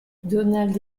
donald